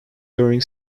during